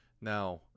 Now